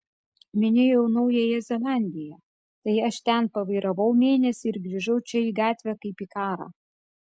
minėjau naująją zelandiją tai aš ten pavairavau mėnesį ir grįžau čia į gatvę kaip į karą